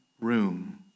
room